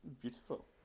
beautiful